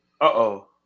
Uh-oh